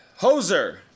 Hoser